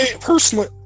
personally